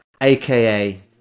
aka